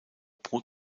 pro